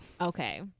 Okay